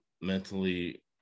mentally